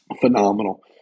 phenomenal